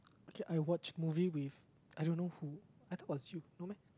okay I watched movie with I don't know who I thought it was you no meh